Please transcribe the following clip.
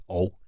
og